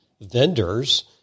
vendors